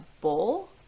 bowl